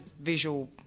visual